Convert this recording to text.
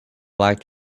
black